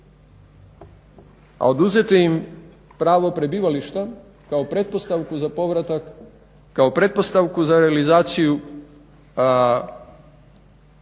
A oduzeti im pravo prebivališta kao pretpostavku za povratak, kao pretpostavku za realizaciju prava na